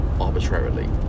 arbitrarily